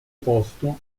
posto